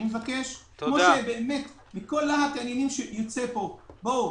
אני מבקש שמכל הדברים שיצאו מפה,